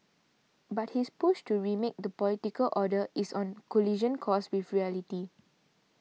but his push to remake the political order is on a collision course with reality